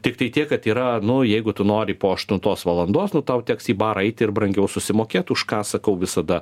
tiktai tiek kad yra nu jeigu tu nori po aštuntos valandos nu tau teks į barą eiti ir brangiau susimokėt už ką sakau visada